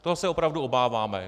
Toho se opravdu obáváme.